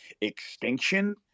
extinction